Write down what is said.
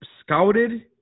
scouted